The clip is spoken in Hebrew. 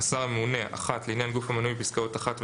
"השר הממונה" לעניין גוף המנוי בפסקאות (1),